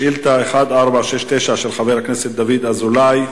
שאילתא 1469 של חבר הכנסת דוד אזולאי.